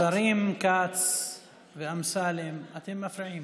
השרים כץ ואמסלם, אתם מפריעים.